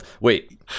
Wait